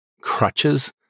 crutches